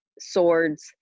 Swords